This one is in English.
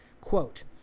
quote